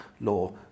law